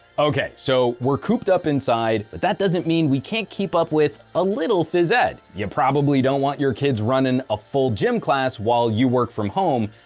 ok, so we're cooped up inside, but that doesn't mean we can't keep up with a little phys ed. you probably don't want your kids running a full gym class while you work from home,